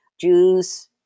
jews